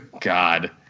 God